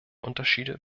unterschiede